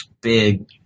big